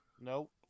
nope